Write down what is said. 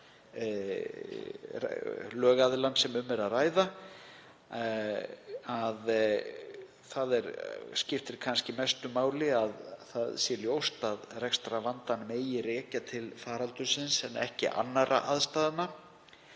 lögaðilann sem um er að ræða. Þar skiptir kannski mestu máli að ljóst sé að rekstrarvandann megi rekja til faraldursins en ekki annarra aðstæðna.